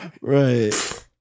Right